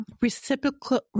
reciprocal